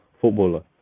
footballer